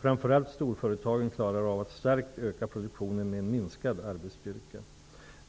Framför allt storföretagen klarar av att starkt öka produktionen med en minskad arbetsstyrka.